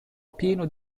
pieno